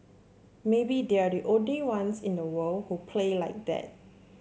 maybe they're the only ones in the world who play like that